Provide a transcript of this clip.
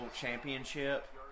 championship